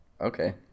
Okay